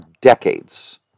decades